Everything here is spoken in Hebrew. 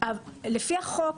לפי החוק,